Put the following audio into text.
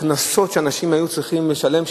הקנסות שאנשים היו צריכים לשלם,